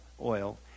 oil